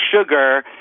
sugar